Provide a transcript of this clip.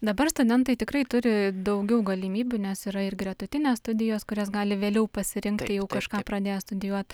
dabar studentai tikrai turi daugiau galimybių nes yra ir gretutinės studijos kurias gali vėliau pasirinkti jau kažką pradėję studijuot